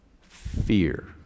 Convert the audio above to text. Fear